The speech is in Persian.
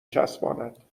چسباند